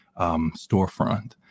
storefront